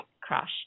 crush